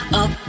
up